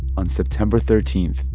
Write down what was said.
on september thirteen.